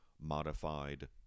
modified